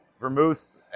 vermouth